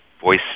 voice